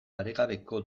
paregabeko